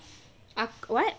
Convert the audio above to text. ac~ what